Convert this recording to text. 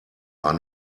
are